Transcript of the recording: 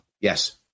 Yes